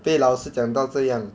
被老师讲到这样